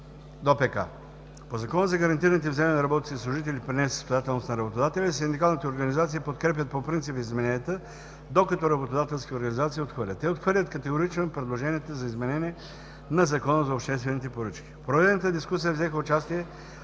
кодекс. По Закона за гарантираните вземания на работниците и служителите при несъстоятелност на работодателя синдикалните организации подкрепят по принцип измененията, докато работодателските организации ги отхвърлят. Те отхвърлят категорично и предложенията за изменение на Закона за обществените поръчки. В проведената дискусия взеха участие